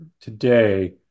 today